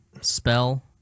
spell